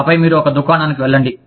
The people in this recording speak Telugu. ఆపై మీరు ఒక దుకాణానికి వెళ్ళండి